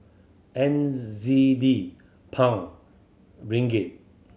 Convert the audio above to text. N Z D Pound Ringgit